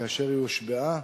כאשר היא הושבעה,